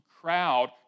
crowd